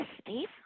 Steve